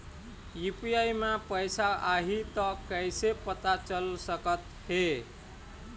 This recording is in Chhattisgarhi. यू.पी.आई म पैसा आही त कइसे पता चल सकत हे?